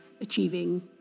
achieving